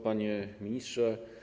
Panie Ministrze!